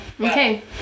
Okay